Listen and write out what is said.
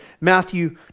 Matthew